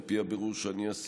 על פי הבירור שאני עשיתי,